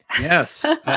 Yes